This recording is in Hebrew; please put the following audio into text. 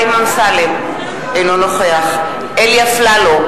אינו נוכח אלי אפללו,